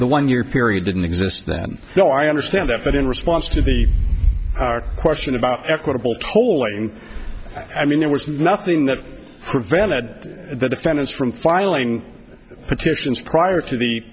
the one year period didn't exist then no i understand that but in response to the question about equitable tolling i mean there was nothing that prevented the defendants from filing petitions prior to the